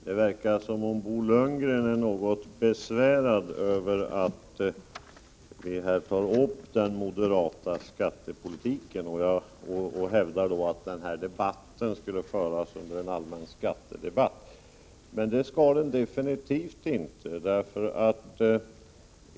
Herr talman! Det verkar som om Bo Lundgren är något besvärad över att vi tar upp den moderata skattepolitiken. Han hävdar att den här debatten skulle föras under en allmän skattedebatt. Men det skall den absolut inte.